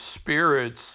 spirits